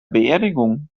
beerdigung